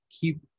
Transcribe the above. keep